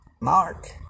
Mark